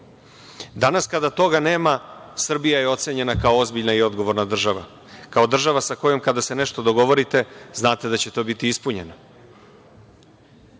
kada toga nema, Srbija je ocenjena kao ozbiljna i odgovorna država, kao država sa kojom kada se nešto dogovorite znate da će to biti ispunjeno.